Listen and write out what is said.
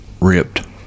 ripped